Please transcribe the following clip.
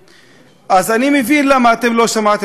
אז אני מבין למה לא שמעתם את השם שלו,